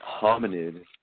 hominid